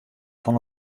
fan